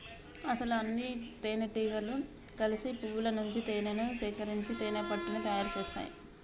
అసలు అన్నితేనెటీగలు కలిసి పువ్వుల నుంచి తేనేను సేకరించి తేనెపట్టుని తయారు సేస్తాయి